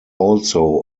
also